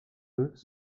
œufs